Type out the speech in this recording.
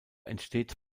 entsteht